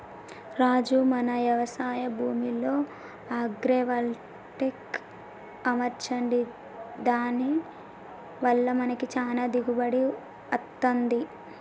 రాజు మన యవశాయ భూమిలో అగ్రైవల్టెక్ అమర్చండి దాని వల్ల మనకి చానా దిగుబడి అత్తంది